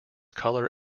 color